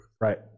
Right